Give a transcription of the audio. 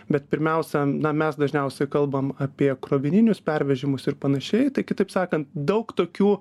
bet pirmiausia na mes dažniausiai kalbam apie krovininius pervežimus ir panašiai kitaip sakant daug tokių